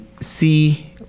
see